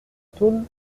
tôle